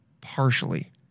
Partially